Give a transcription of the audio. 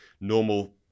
Normal